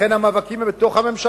לכן המאבקים הם בתוך הממשלה,